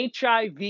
HIV